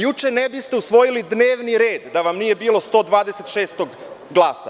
Juče ne biste usvojili dnevni red da vam nije bilo 126. glasa.